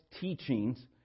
teachings